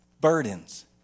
burdens